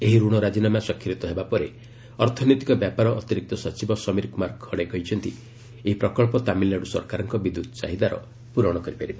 ଏହି ଋଣ ରାଜିନାମା ସ୍ୱାକ୍ଷରିତ ପରେ ଅର୍ଥନୈତିକ ବ୍ୟାପାର ଅତିରିକ୍ତ ସଚିବ ସମୀର କୁମାର ଖରେ କହିଛନ୍ତି ଏହି ପ୍ରକଳ୍ପ ତାମିଲନାଡୁ ସରକାରଙ୍କ ବିଦ୍ୟୁତ୍ ଚାହିଦାର ପୂରଣ କରିପାରିବ